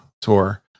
tour